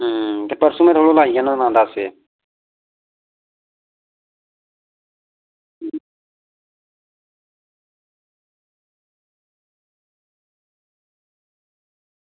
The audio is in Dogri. ते परसों में थुआढ़े कोल आई जाना दस्स बज्जे